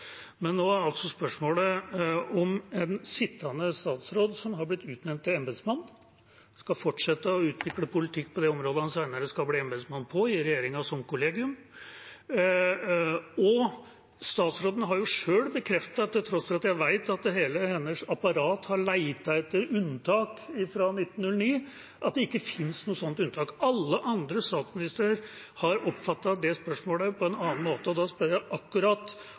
Men nå er altså spørsmålet om en sittende statsråd som har blitt utnevnt til embetsmann, skal fortsette å utvikle politikk på det området han senere skal bli embetsmann for, i regjeringa som kollegium. Og statsråden har selv bekreftet, til tross for at jeg vet at hele hennes apparat har lett etter unntak fra 1909, at det ikke fins noe sånt unntak. Alle andre statsministre har oppfattet det spørsmålet på en annen måte, og da spør jeg akkurat